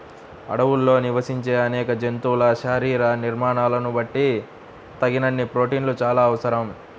అడవుల్లో నివసించే అనేక జంతువుల శరీర నిర్మాణాలను బట్టి తగినన్ని ప్రోటీన్లు చాలా అవసరం